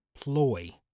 ploy